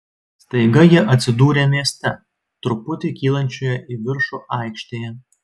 staiga jie atsidūrė mieste truputį kylančioje į viršų aikštėje